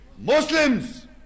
Muslims